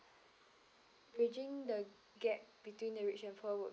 bridging the gap between the rich and poor would